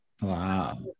Wow